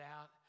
out